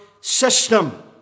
system